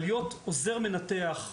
אבל להיות עוזר מנתח,